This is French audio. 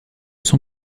son